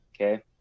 Okay